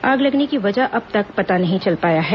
आग लगने की वजह का अब तक पता नहीं चल पाया है